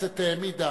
שהכנסת העמידה